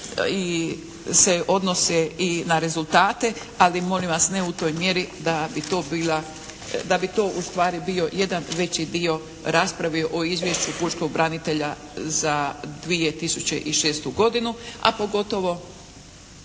se odnose i na rezultate. Ali, molim vas ne u toj mjeri da bi to ustvari bio jedan veći dio rasprave o Izvješću pučkog pravobranitelja za 2006. godinu, a pogotovo